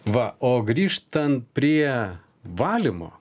va o grįžtant prie valymo